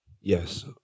Yes